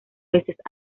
veces